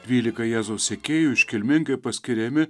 dvylika jėzaus sekėjų iškilmingai paskiriami